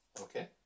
Okay